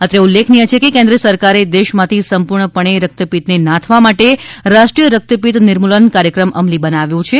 અત્રે ઉલ્લેખનીય છે કે કેન્દ્ર સરકારે દેશમાંથી સંપૂર્ણપણે રક્તપિત્તને નાથવા માટે રાષ્ટ્રીય રક્તપિત્ત નિર્મૂલન કાર્યક્ર મ અમલી બનાવ્યો છે